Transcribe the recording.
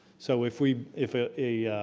so if we, if a